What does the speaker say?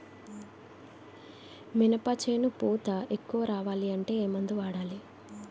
మినప చేను పూత ఎక్కువ రావాలి అంటే ఏమందు వాడాలి?